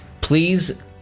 please